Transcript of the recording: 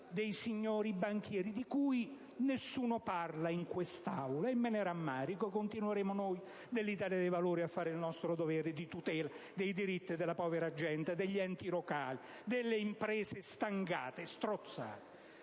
i signori banchieri, di cui nessuno parla in quest'Aula, e me ne rammarico. Continueremo noi dell'Italia dei Valori a fare il nostro dovere di tutela dei diritti della povera gente, degli enti locali, delle imprese stangate, strozzate.